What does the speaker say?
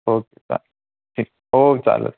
okay चालेल ठीक हो चालेल